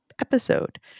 episode